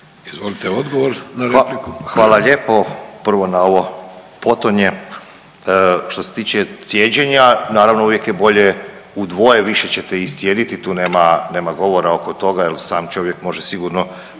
Izvolite odgovor. **Ivanović, Goran (HDZ)** Hvala lijepo. Prvo na ovo potonje, što se tiče cijeđenja naravno uvijek je bolje u dvoje više ćete iscijediti tu nema, nema govora oko toga jer sam čovjek može sigurno